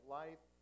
life